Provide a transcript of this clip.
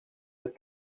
het